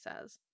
says